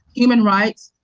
human rights,